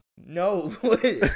No